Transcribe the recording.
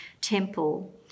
temple